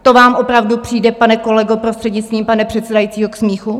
To vám opravdu přijde, pane kolego, prostřednictvím pana předsedajícího, k smíchu?